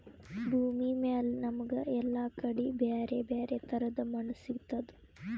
ಭೂಮಿಮ್ಯಾಲ್ ನಮ್ಗ್ ಎಲ್ಲಾ ಕಡಿ ಬ್ಯಾರೆ ಬ್ಯಾರೆ ತರದ್ ಮಣ್ಣ್ ಸಿಗ್ತದ್